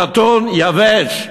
נתון יבש.